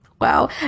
wow